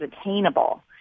attainable